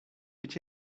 być